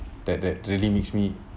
that that really makes me